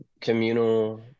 communal